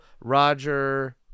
roger